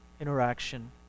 interaction